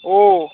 ও